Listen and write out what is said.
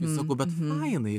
sako bet fainai